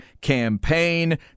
campaign